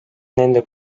nende